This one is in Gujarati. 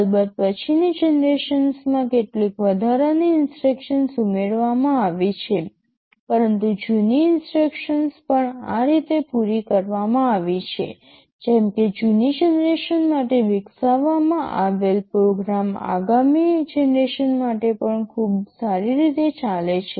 અલબત્ત પછીની જનરેશન્સમાં કેટલીક વધારાની ઇન્સટ્રક્શન્સ ઉમેરવામાં આવી છે પરંતુ જૂની ઇન્સટ્રક્શન્સ પણ આ રીતે પૂરી કરવામાં આવે છે જેમ કે જૂની જનરેશન માટે વિકસાવવામાં આવેલ પ્રોગ્રામ આગામી જનરેશન માટે પણ ખૂબ સારી રીતે ચાલે છે